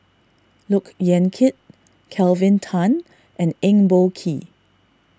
Look Yan Kit Kelvin Tan and Eng Boh Kee